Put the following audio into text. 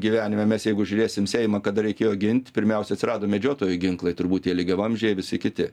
gyvenime mes jeigu žiūrėsim seimą kada reikėjo gint pirmiausia atsirado medžiotojų ginklai turbūt tie lygiavamzdžiai visi kiti